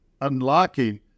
unlocking